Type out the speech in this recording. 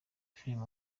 filime